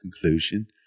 conclusion